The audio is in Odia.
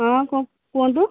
ହଁ କୁହନ୍ତୁ